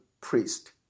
priest